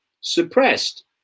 suppressed